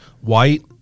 white